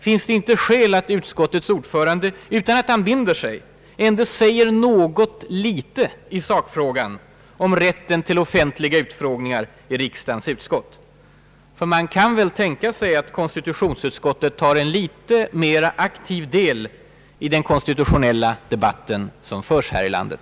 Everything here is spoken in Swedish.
Finns det inte skäl att utskottets ordförande, utan att han binder sig, ändå säger något litet i sakfrågan om rätten till offentliga utfrågningar i riksdagens utskott? Man kan väl tänka sig att konstitutionsutskottet tar en litet mer aktiv del i den konstitutionella debatt som förs här i landet.